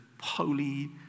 holy